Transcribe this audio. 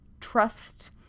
Trust